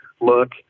look